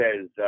says